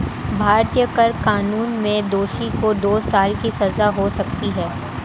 भारतीय कर कानून में दोषी को दो साल की सजा हो सकती है